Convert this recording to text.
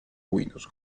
windows